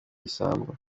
igisambo